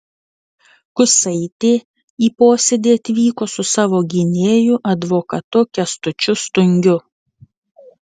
kusaitė į posėdį atvyko su savo gynėju advokatu kęstučiu stungiu